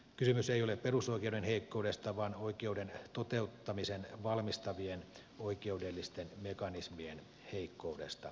kysymys ei ole perusoikeuden heikkoudesta vaan oikeuden toteuttamisen varmistavien oikeudellisten mekanismien heikkoudesta